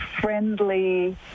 friendly